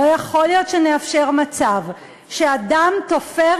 לא יכול להיות שנאפשר מצב שאדם תופר